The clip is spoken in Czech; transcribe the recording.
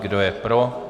Kdo je pro?